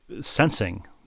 sensing